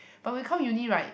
but we come uni right